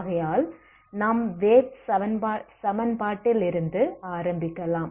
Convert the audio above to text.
ஆகையால் நாம் வேவ் சமன்பாட்டில் இருந்து ஆரம்பிக்கலாம்